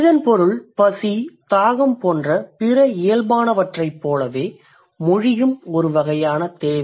இதன் பொருள் பசி தாகம் போன்ற பிற இயல்பானவற்றைப் போலவே மொழியும் ஒரு வகையான தேவை